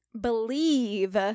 believe